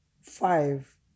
five